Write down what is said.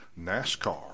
NASCAR